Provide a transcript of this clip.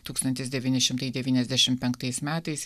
tūkstantis devyni šimtai devyniasdešim penktais metais